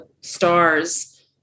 stars